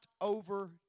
over